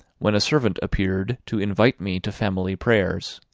when a servant appeared to invite me to family prayers.